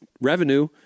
revenue